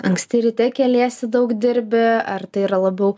anksti ryte keliesi daug dirbi ar tai yra labiau